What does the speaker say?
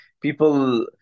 people